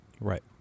Right